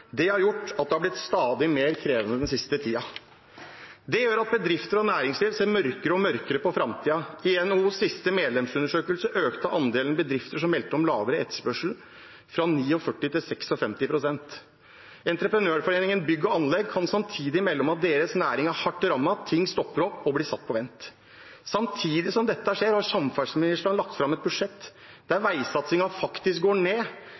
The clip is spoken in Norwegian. Det har gjort at det har blitt stadig mer krevende den siste tiden. Det gjør at bedrifter og næringsliv ser mørkere og mørkere på framtiden. I NHOs siste medlemsundersøkelse økte andelen bedrifter som meldte om lavere etterspørsel, fra 49 pst. til 56 pst. Entreprenørforeningen – Bygg og Anlegg kan samtidig melde om at deres næring er hardt rammet, at ting stopper opp og blir satt på vent. Samtidig som dette skjer, har samferdselsministeren lagt fram et budsjett der veisatsingen faktisk går ned.